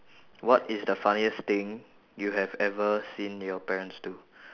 what is the funniest thing you have ever seen your parents do